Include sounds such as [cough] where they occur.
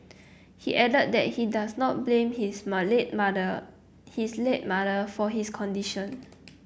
he added that he does not blame his [unintelligible] mother his late mother for his condition